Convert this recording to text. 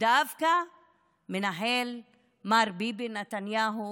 מר ביבי נתניהו